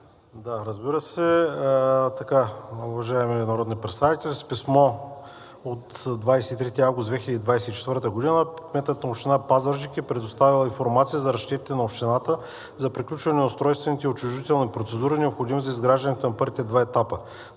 Да, разбира се. Уважаеми народни представители, с писмо от 23 август 2024 г. кметът на община Пазарджик е предоставил информация за разчетите на Общината за приключване на устройствените и отчуждителните процедури, необходими за изграждането на първите два етапа.